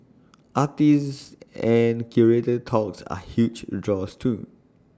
artist and curator talks are huge draws too